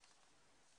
יש מישהו שמעוניין לדבר?